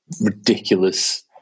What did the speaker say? ridiculous